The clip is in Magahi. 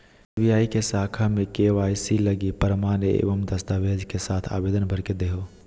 एस.बी.आई के शाखा में के.वाई.सी लगी प्रमाण एवं दस्तावेज़ के साथ आवेदन भर के देहो